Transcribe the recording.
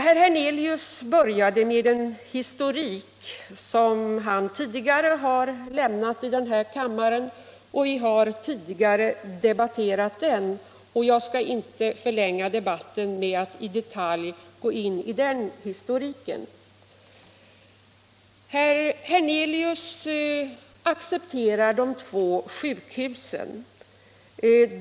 Herr Hernelius började sitt inlägg med en historik, som han tidigare har lämnat i den här kammaren. Vi har tidigare debatterat den, och jag skall inte förlänga debatten med att i dag gå in på den historiken. Herr Hernelius accepterar de två sjukhusen.